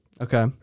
Okay